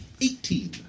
Eighteen